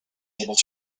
able